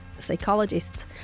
psychologists